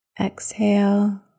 exhale